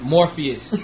Morpheus